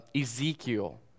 Ezekiel